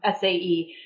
SAE